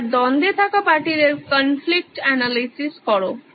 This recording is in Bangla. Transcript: এবার দ্বন্দ্বে থাকা পার্টিদের কনফ্লিক্ট অ্যানালিসিস করো